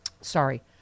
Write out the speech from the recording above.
Sorry